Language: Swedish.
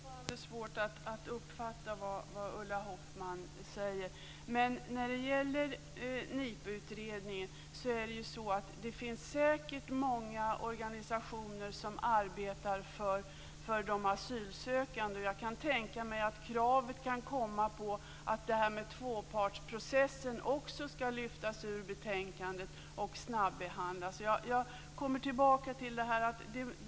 Fru talman! Det är fortfarande svårt att uppfatta vad Ulla Hoffmann säger. När det gäller NIPU-utredningen finns det säkert många organisationer som arbetar för de asylsökande. Jag kan tänka mig att krav kan komma på att tvåpartsprocessen också skall lyftas ur betänkandet och snabbehandlas. Vi måste låta statsrådet avgöra det.